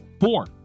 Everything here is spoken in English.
four